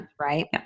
right